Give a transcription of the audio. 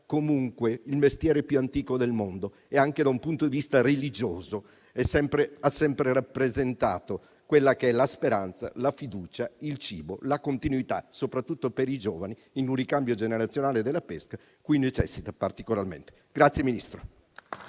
comunque il mestiere più antico del mondo e, anche da un punto di vista religioso, ha sempre rappresentato la speranza, la fiducia, il cibo, la continuità, soprattutto per i giovani, in un ricambio generazionale che nella pesca è particolarmente necessario.